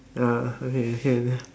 ya okay can